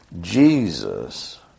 Jesus